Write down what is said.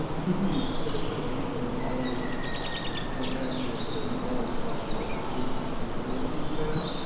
to the extent that we can model what's happening at city hall with our remote locations, we will do that.